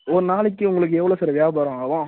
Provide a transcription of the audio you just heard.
ஒரு நாளைக்கு உங்களுக்கு எவ்வளோ சார் வியாபாரம் ஆகும்